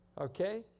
Okay